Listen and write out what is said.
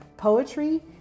poetry